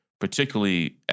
particularly